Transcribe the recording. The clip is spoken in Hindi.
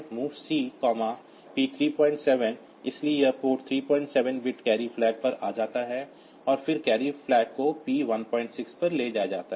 MOV C P37 इसलिए यह पोर्ट 37 बिट कैरी फ्लैग पर आता है और फिर कैरी फ्लैग को P 16 पर ले जाया जाता है